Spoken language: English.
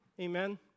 amen